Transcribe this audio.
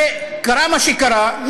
וקרה מה שקרה,